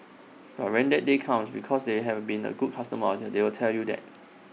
but when that day comes because they have been A good customer of they will tell you that